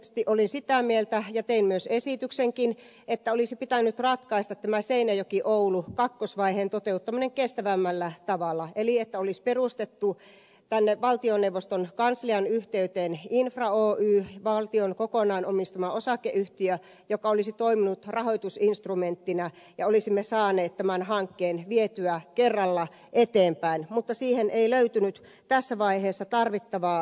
henkilökohtaisesti olin sitä mieltä ja tein myös esityksenkin että olisi pitänyt ratkaista tämä seinäjokioulu kakkosvaiheen toteuttaminen kestävämmällä tavalla eli olisi perustettu tänne valtioneuvoston kanslian yhteyteen infra oy valtion kokonaan omistama osakeyhtiö joka olisi toiminut rahoitusinstrumenttina ja olisimme saaneet tämän hankkeen vietyä kerralla eteenpäin mutta siihen ei löytynyt tässä vaiheessa tarvittavaa yksimielisyyttä